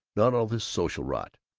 not all this social rot.